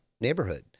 neighborhood